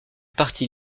parti